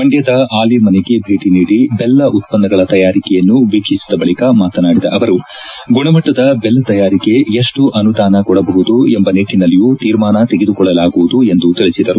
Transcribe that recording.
ಮಂಡ್ಲದ ಆಲೆಮನೆಗೆ ಭೇಟಿ ನೀಡಿ ಬೆಲ್ಲ ಉತ್ತನ್ನಗಳ ತಯಾರಿಕೆಯನ್ನು ವೀಕ್ಷಿಸಿದ ಬಳಿಕ ಮಾತನಾಡಿದ ಅವರು ಗುಣಮಟ್ಟದ ದೆಲ್ಲ ತಯಾರಿಗೆ ಎಷ್ಟು ಅನುದಾನ ಕೊಡಬಹುದು ಎಂಬ ನಿಟ್ಟನಲ್ಲಿಯೂ ತೀರ್ಮಾನ ತೆಗೆದುಕೊಳ್ಳಲಾಗುವುದು ಎಂದು ತಿಳಿಸಿದರು